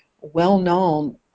well-known